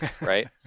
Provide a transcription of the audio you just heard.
right